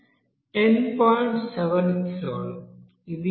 7 కిలోలు ఇది n2